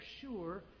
sure